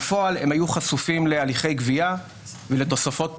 בפועל הם היו חשופים להליכי גבייה ולתוספות פיגורים,